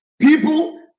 people